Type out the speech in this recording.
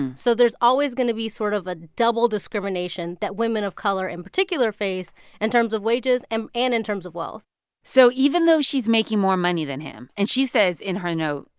so there's always going to be sort of a double discrimination that women of color in particular face in and terms of wages and and in terms of wealth so even though she's making more money than him and she says in her note,